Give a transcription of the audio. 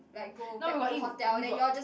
like go back to hotel then you all just